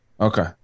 Okay